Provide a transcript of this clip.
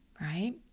right